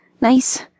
nice